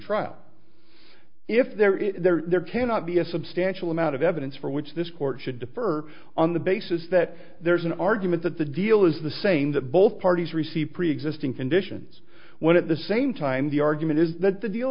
trial if there is there there cannot be a substantial amount of evidence for which this court should defer on the basis that there is an argument that the deal is the same that both parties receive preexisting conditions when at the same time the argument is that the deal